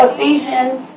Ephesians